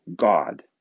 God